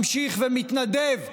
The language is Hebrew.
ממשיך ומתנדב,